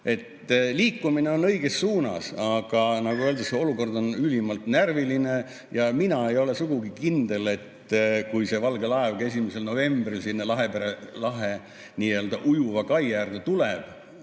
Liikumine on õiges suunas, aga nagu öeldud, olukord on ülimalt närviline. Mina ei ole sugugi kindel, et kui ka see valge laev 1. novembril sinna Lahepere lahe nii-öelda ujuva kai äärde tuleb,